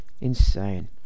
Insane